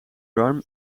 darm